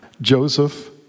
Joseph